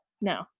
No